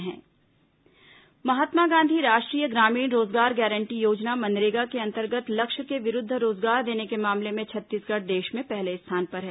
मनरेगा रोजगार महात्मा गांधी राष्ट्रीय ग्रामीण रोजगार गारंटी योजना मनरेगा के अंतर्गत लक्ष्य के विरूद्व रोजगार देने के मामले में छत्तीसगढ़ देश में पहले स्थान पर है